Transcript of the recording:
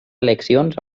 eleccions